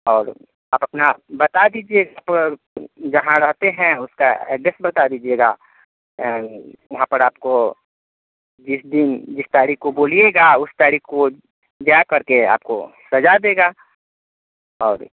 और आप अपना बता दीजिएगा अगर जहाँ रहते हैं उसका एड्रेस बता दीजिएगा यहाँ पर आपको जिस दिन जिस तारीख को बोलिएगा उस तारीख को वो जाकर के सजा देगा और